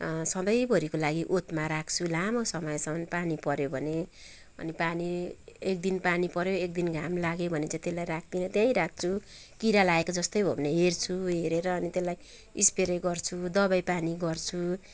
सधैँभरिको लागि ओतमा राख्छु लामो समयसम्म पानी पऱ्यो भने अनि पानी एक दिन पानी पऱ्यो एक दिन घाम लाग्यो भने चाहिँ त्यसलाई राख्दिनँ त्यहीँ राख्छु किरा लागेको जस्तै हो भने हेर्छु हेरेर अनि त्यसलाई स्प्रे गर्छु दबाईपानी गर्छु